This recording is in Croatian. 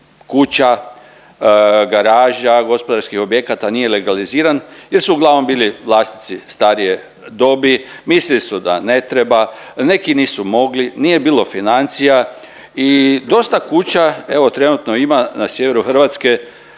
kuća, garaža, gospodarskih objekata nije legaliziran jer su uglavnom bili vlasnici starije dobi, mislili su da ne treba, neki nisu mogli, nije bilo financija i dosta kuća, evo trenutno ima na sjeveru Hrvatske